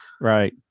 Right